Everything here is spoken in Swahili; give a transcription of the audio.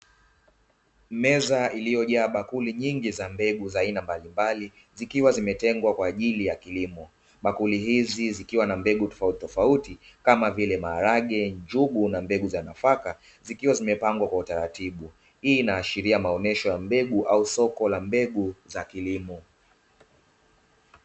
Meza iliyojaa bakuli nyingi za mbegu za aina mbalimbali, zikiwa zimetengwa kwa ajili ya kilimo. Bakuli hizi zikiwa na mbegu tofautitofauti kama vile; maharage, njugu na mbegu za nafaka, zikiwa zimepangwa kwa utaratibu. Hii inaashiria maonyesho ya mbegu au soko la mbegu za kilimo.